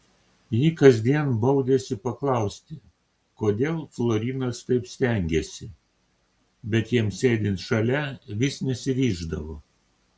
ji kasdien baudėsi paklausti kodėl florinas taip stengiasi bet jam sėdint šalia vis nesiryždavo